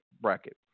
bracket